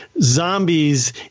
zombies